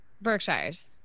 Berkshires